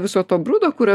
viso to brudo kuriuo